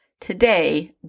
Today